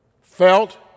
felt